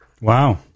Wow